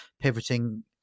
pivoting